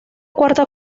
cuarta